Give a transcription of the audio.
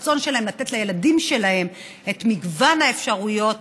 והרצון שלהם הוא לתת לילדים שלהם את מגוון האפשרויות.